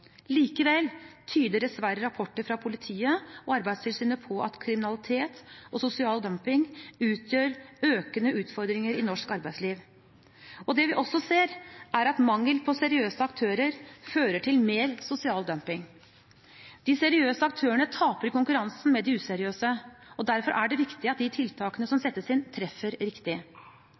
Likevel tyder dessverre rapporter fra politiet og Arbeidstilsynet på at kriminalitet og sosial dumping utgjør økende utfordringer i norsk arbeidsliv, og det vi også ser, er at mangel på seriøse aktører fører til mer sosial dumping. De seriøse aktørene taper i konkurransen med de useriøse, og derfor er det viktig at de tiltakene som settes inn, treffer riktig.